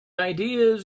ideas